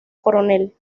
coronel